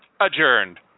Adjourned